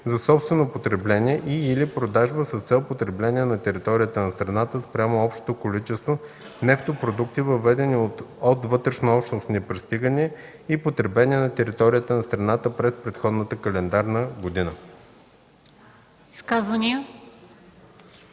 за собствено потребление и/или продажба с цел потребление на територията на страната спрямо общото количество нефтопродукти, въведени от вътрешнообщностни пристигания и потребени на територията на страната през предходната календарна година.”